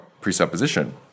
presupposition